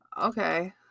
Okay